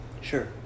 Sure